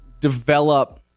develop